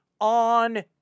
on